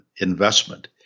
investment